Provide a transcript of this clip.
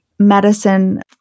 medicine